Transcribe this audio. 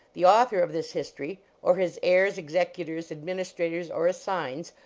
the author of this history, or his heirs, executors, administrators, or assigns,